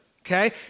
Okay